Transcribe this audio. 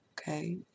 okay